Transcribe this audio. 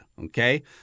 okay